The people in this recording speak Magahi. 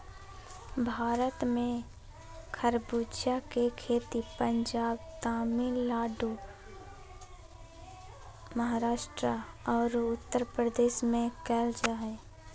भारत में खरबूजा के खेती पंजाब, तमिलनाडु, महाराष्ट्र आरो उत्तरप्रदेश में कैल जा हई